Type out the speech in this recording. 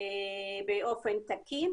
באופן תקין,